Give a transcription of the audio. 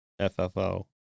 FFO